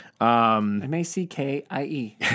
M-A-C-K-I-E